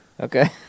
Okay